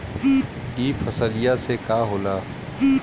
ई फसलिया से का होला?